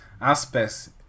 aspects